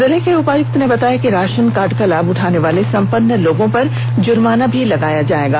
जिले के उपायक्त ने बताया राशन कार्ड का लाभ उठाने वाले संपन्न लोगों पर जुर्माना भी लगाया जाएगा